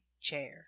chair